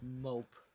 Mope